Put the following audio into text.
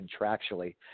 contractually